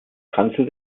kanzel